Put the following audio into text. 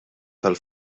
tal